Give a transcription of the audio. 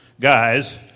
guys